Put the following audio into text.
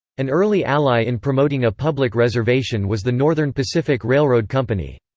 an early ally in promoting a public reservation was the northern pacific railroad company.